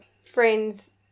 friend's